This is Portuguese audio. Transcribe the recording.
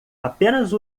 apenas